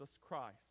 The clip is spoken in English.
Christ